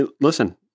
listen